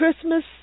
Christmas